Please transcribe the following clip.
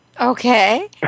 Okay